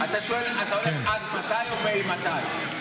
אתה הולך עד מתי או מאימתי?